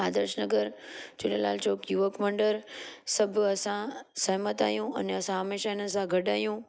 आदर्श नगर झूलेलाल चौक युवक मंडल सभु असां सहमत आहियूं अने असां हमेशह इन्हनि सां गॾु आहियूं